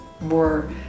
more